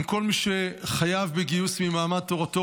אם כל מי שחייב בגיוס ממעמד תורתו